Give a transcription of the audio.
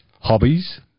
Hobbies